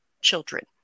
children